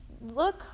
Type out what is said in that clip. look